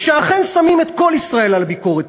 שאכן שמים את כל ישראל על הביקורת.